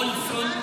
וולפסון,